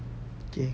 okay